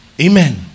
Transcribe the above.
Amen